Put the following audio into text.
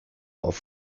auf